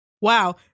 Wow